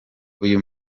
uyu